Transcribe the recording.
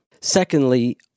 Secondly